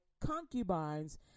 concubines